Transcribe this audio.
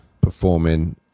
performing